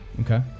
okay